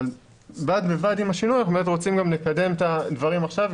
אבל בד בבד עם השינוי אנחנו רוצים לקדם גם את הדברים עכשיו,